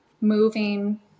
moving